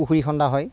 পুখুৰী খন্দা হয়